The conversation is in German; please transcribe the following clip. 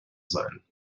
sein